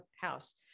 house